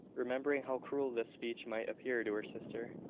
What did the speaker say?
remembering how cruel this speech might appear to her sister,